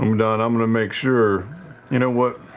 umadon, i'm going to make sure you know what?